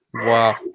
Wow